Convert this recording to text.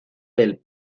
del